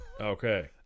Okay